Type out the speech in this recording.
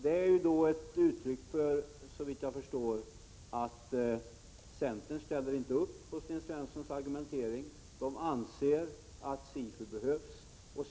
Detta är såvitt jag förstår ett uttryck för att centern inte ställer upp på Sten Svenssons argumentering utan anser att SIFU behövs.